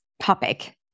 topic